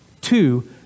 Two